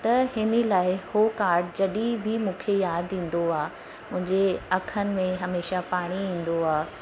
त हिन लाइ हो कार्ड जॾहिं बि मूंखे यादि ईंदो आहे मुंहिंजे अखियुनि में हमेशह पाणी ईंदो आहे